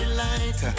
light